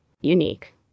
unique